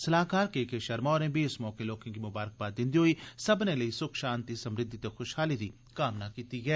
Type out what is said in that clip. सलाह्कार K K Sharma होरें बी इस मौके लोकें गी ममारकबाद दिंदे हाई सब्बने लेई सुख शांति समृद्धि ते खुशहाली दी कामना कीती ऐ